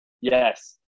yes